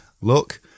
look